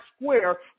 square